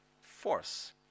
force